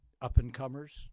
up-and-comers